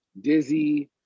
Dizzy